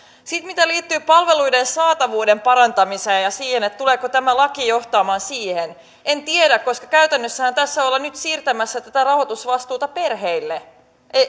sitten mitä liittyy palveluiden saatavuuden parantamiseen ja ja siihen tuleeko tämä laki johtamaan siihen en tiedä koska käytännössähän tässä ollaan nyt siirtämässä tätä rahoitusvastuuta perheille